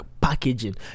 packaging